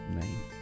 name